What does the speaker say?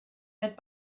that